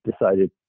decided